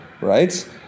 right